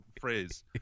phrase